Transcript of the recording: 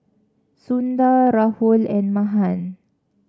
Sundar Rahul and Mahan